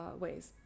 ways